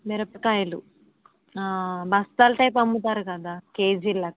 మిరపకాయలు బస్తాల టైపు అమ్ముతారు కదా కేజీ లెక్క